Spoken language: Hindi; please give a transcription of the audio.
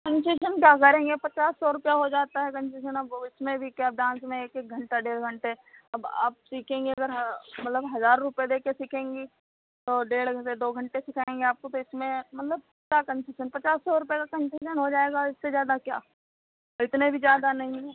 कंसेशन क्या करेंगे पचास सौ रुपया हो जाता है कंसेशन अब इसमें भी क्या डांस में एक एक घंटा डेढ़ घंटे अब आप सीखेंगे अगर मतलब हजार रुपये दे कर सीखेंगी तो डेढ़ से दो घंटे सिखाएंगे आपको फिर इसमें मतलब क्या कंसेशन पचास सौ रुपये का हो जाएगा और इससे ज़्यादा क्या और इतने भी ज़्यादा नहीं हैं